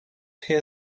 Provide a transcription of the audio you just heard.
hear